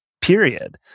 period